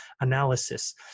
analysis